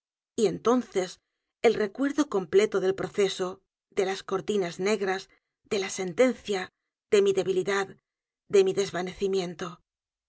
y entonces el recuerdo completo del proceso de las cortinas n e g r a s de la sentencia de mi debilidad de mi desvanecimiento